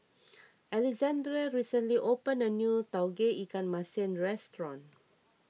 Alexandrea recently opened a new Tauge Ikan Masin restaurant